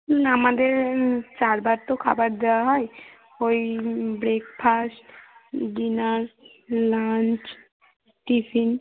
না আমাদের চারবার তো খাবার দেওয়া হয় ওই ব্রেকফাস্ট ডিনার লাঞ্চ টিফিন